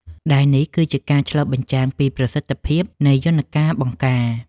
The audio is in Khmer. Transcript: ដែលនេះគឺជាការឆ្លុះបញ្ចាំងពីប្រសិទ្ធភាពនៃយន្តការបង្ការ។